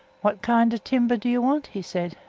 what kind of timber do you want? he said.